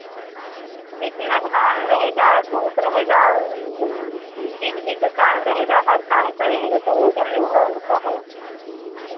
वितनग हाम रहेगा धूप रहेगा बिजली का काम रहेगा हर कम करेंगे तो वजन लोहा होता है